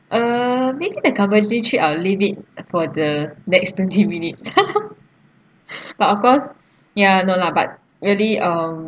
uh maybe the company trip I'll leave it for the next twenty minutes but of course ya no lah but really um